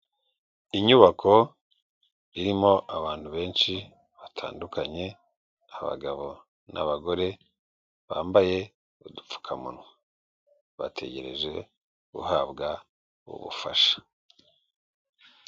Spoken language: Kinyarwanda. Inyubako irimo abantu benshi batandukanye abagabo n'abagore bambaye udupfukamunwa bategereje guhabwa ubufasha.